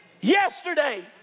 yesterday